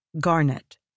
garnet